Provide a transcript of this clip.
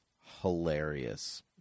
hilarious